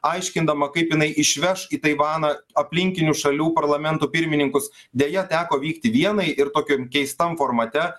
aiškindama kaip jinai išveš į taivaną aplinkinių šalių parlamentų pirmininkus deja teko vykti vienai ir tokiam keistam formate